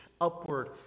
upward